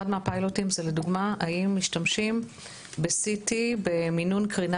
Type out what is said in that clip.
אחד מהפיילוטים זה לדוגמה האם משתמשים ב- CTבמינון קרינה